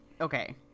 Okay